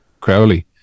Crowley